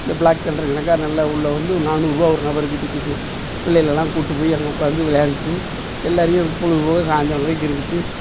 இந்த ப்ளாக்தண்டர் கணக்காக நல்ல உள்ள வந்து நானூறுரூபா ஒரு நபருக்கு டிக்கெட்டு பிள்ளைகளெல்லாம் கூப்பிட்டு போய் அங்கே உட்காந்து விளையாண்டுவிட்டு எல்லாரையும் பொழுது போவ சாய்ந்தரம் வரைக்கும் இருந்துவிட்டு